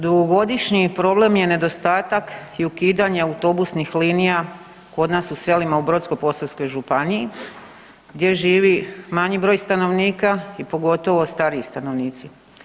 Dugogodišnji problem je nedostatak ukidanja autobusnih linija kod nas u selima u Brodsko-posavskoj županiji gdje živi manji broj stanovnika i pogotovo stariji stanovnici.